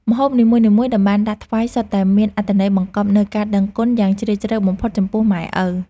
ម្ហូបនីមួយៗដែលបានដាក់ថ្វាយសុទ្ធតែមានអត្ថន័យបង្កប់នូវការដឹងគុណយ៉ាងជ្រាលជ្រៅបំផុតចំពោះម៉ែឪ។